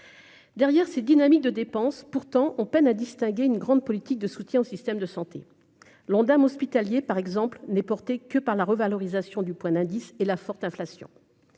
derrière ces dynamique de dépenses, pourtant, on peine à distinguer une grande politique de soutien au système de santé l'Ondam hospitalier par exemple n'est porté que par la revalorisation du point d'indice et la forte inflation